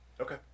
Okay